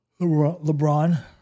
LeBron